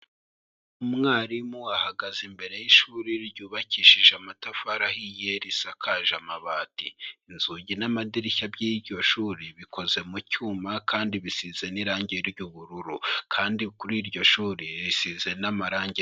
Umwarimu ahagaze imbere y'ishuri ryubakishije amatafari ahiye risakaje amabati, inzugi n'amadirishya by'iryo shuri bikoze mu cyuma kandi bisize n'irangi ry'ubururu kandi kuri iryo shuri risize n'amarangi...